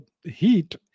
heat